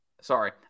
Sorry